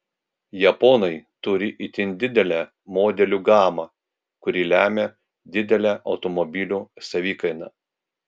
japonai turi itin didelę modelių gamą kuri lemią didelę automobilių savikainą